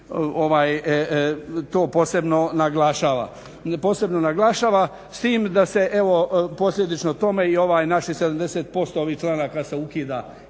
to posebno naglašava, s tim da se posljedično tome i naših 70% ovih članaka se ukida